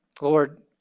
Lord